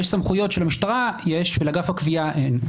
ויש סמכויות שלמשטרה יש ולאגף הגבייה אין,